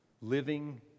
Living